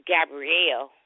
Gabrielle